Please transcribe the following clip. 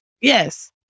Yes